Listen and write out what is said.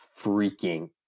freaking